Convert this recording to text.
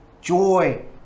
joy